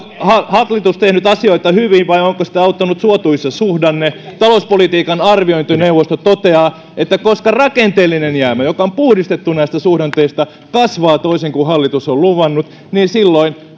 hallitus tehnyt asioita hyvin vai onko sitä auttanut suotuisa suhdanne talouspolitiikan arviointineuvosto toteaa että koska rakenteellinen jäämä joka on puhdistettu näistä suhdanteista kasvaa toisin kuin hallitus on luvannut niin silloin